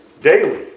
daily